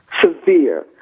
severe